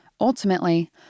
ultimately